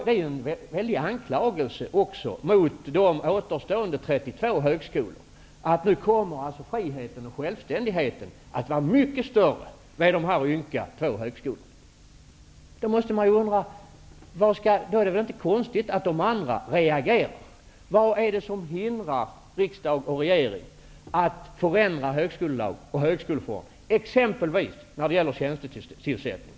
Det är också en stor anklagelse mot de återstående 32 högskolorna att säga att friheten och självständigheten kommer att bli mycket större vid de här ynka två högskolorna. Därför är det väl inte konstigt att de andra reagerar. Vad är det som hindrar riksdag och regering att förändra högskolelagen och högskoleformen exempelvis när det gäller tjänstetillsättning?